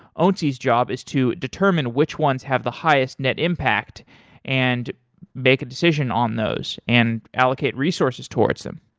onsi's job is to determine which ones have the highest net impact and make a decision on those and allocate resources towards them.